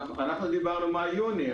אנחנו דיברנו על מאי יוני.